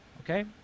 Okay